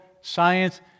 science